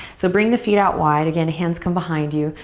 so bring the feet out wide. again, hands come behind you.